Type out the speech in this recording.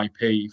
IP